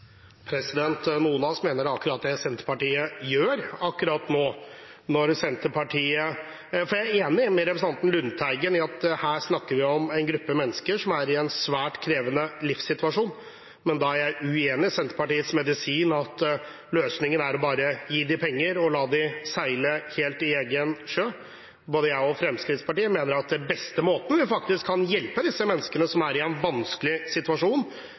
mener det er akkurat det Senterpartiet nå gjør. Jeg er enig med representanten Lundteigen i at vi her snakker om en gruppe mennesker som er i en svært krevende livssituasjon, men jeg er uenig i Senterpartiets medisin, at løsningen er bare å gi dem penger og la dem seile sin egen sjø. Både jeg og Fremskrittspartiet mener at den beste måten vi kan hjelpe disse menneskene på, som er i en vanskelig situasjon,